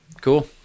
Cool